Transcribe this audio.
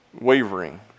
wavering